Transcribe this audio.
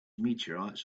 meteorites